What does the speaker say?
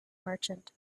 merchant